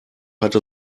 hatte